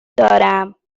دارم